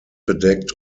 bedeckt